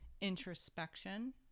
introspection